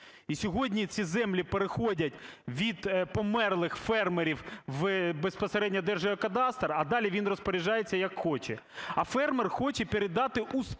сьогодні ці землі переходять від померлих фермерів в безпосередньо Держгеокадастр, а далі він розпоряджається, як хоче. А фермер хоче передати у спадок